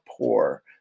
poor